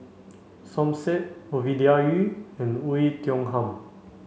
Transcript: Som Said Ovidia Yu and Oei Tiong Ham